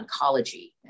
oncology